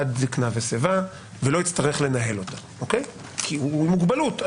עד זקנה ולא יצטרך לנהל אותו כי הוא עם מוגבלות.